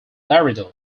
laredo